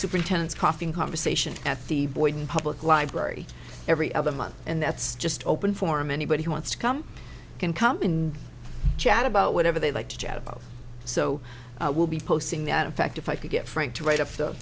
super intense coughing conversation at the boyden public library every other month and that's just open forum anybody who wants to come can come in chat about whatever they like to chat about so we'll be posting that in fact if i could get frank to write up the